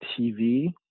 TV